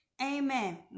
Amen